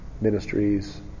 ministries